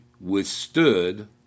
withstood